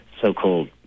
so-called